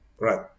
Right